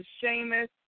Sheamus